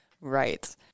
Right